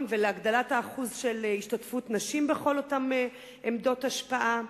ולהגדלת השיעור של השתתפות נשים בכל אותן עמדות השפעה.